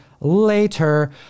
later